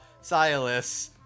Silas